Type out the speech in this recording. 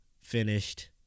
finished